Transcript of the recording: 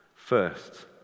First